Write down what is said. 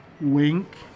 wink